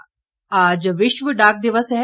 डाक दिवस आज विश्व डाक दिवस है